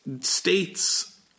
states